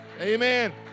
Amen